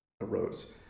arose